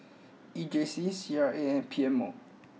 E J C C R A and P M O